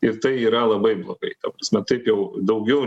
ir tai yra labai blogai ta prasme taip jau daugiau